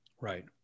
right